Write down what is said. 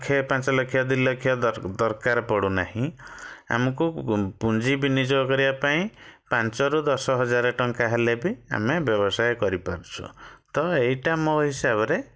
ଲକ୍ଷ ପାଞ୍ଚ ଲକ୍ଷ ଦୁଇ ଲକ୍ଷ ଦର ଦରକାର ପଡ଼ୁନାହିଁ ଆମକୁ ପୁଞ୍ଜି ବିନିଯୋଗ କରିବା ପାଇଁ ପାଞ୍ଚରୁ ଦଶ ହଜାର ଟଙ୍କା ହେଲେ ବି ଆମେ ବ୍ୟବସାୟ କରିପାରୁଛୁ ତ ଏଇଟା ମୋ ହିସାବରେ